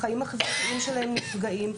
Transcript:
החיים החברתיים שלהם נפגעים,